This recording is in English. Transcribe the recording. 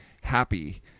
happy